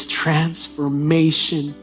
transformation